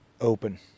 open